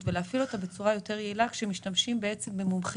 ולהפעיל אותה בצורה יעילה יותר כאשר משתמשים במומחיות